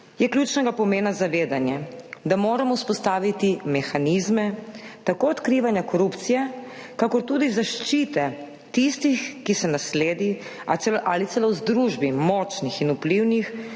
je ključnega pomena zavedanje, da moramo vzpostaviti mehanizme tako odkrivanja korupcije kakor tudi zaščite tistih, ki se na sledi ali celo v združbi močnih in vplivnih